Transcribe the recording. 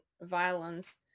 violence